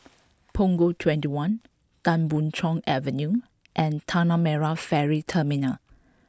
Punggol twenty one Tan Boon Chong Avenue and Tanah Merah Ferry Terminal